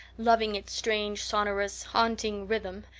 loving its strange, sonorous, haunting rhythm,